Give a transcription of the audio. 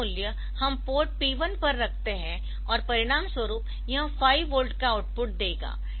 यह मूल्य हम पोर्ट P1 पर रखते है और परिणामस्वरूप यह 5 वोल्ट का आउटपुट देगा